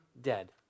dead